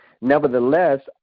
Nevertheless